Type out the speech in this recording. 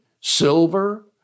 silver